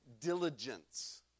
diligence